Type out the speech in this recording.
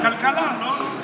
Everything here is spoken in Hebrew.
לא, לא, כלכלה, לא, לא.